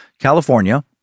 California